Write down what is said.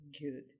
good